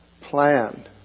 plan